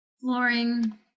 Flooring